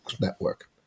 Network